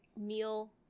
meal